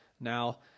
now